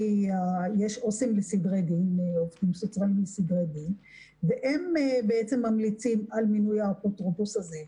יש עובדים סוציאליים לסדרי דין והם ממליצים על מינוי האפוטרופוס הזה.